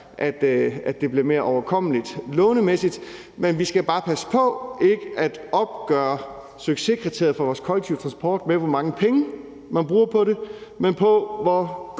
at det bliver mere overkommeligt lånemæssigt, men vi skal bare passe på ikke at opgøre succeskriteriet for vores kollektive transport ud fra, hvor mange penge man bruger på det, men i